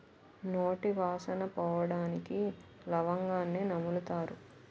నోటి వాసన పోవడానికి లవంగాన్ని నములుతారు